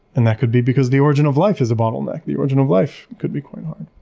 and that could be because the origin of life is a bottleneck. the origin of life could be quite hard.